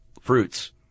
fruits